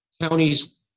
counties